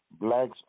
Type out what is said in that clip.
blacks